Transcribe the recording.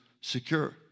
secure